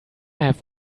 have